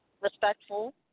respectful